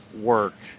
work